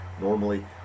normally